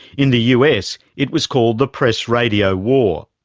in the us, it was called the press radio war.